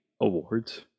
awards